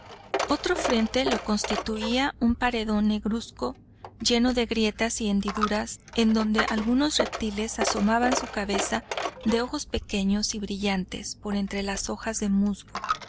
otro frente lo constituía un paredón negruzco lleno de grietas y hendiduras en donde algunos reptiles asomaban su cabeza de ojos pequeños y brillantes por entre las hojas de musgo